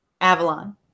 Avalon